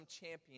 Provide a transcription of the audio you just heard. champion